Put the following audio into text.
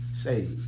Say